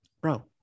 bro